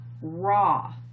raw